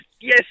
Yes